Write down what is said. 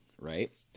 right